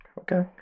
Okay